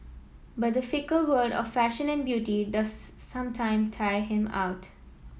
but the fickle world of fashion and beauty does sometime tire him out